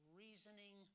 reasoning